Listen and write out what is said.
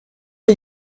are